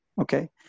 Okay